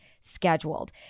scheduled